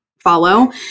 Follow